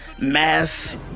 mass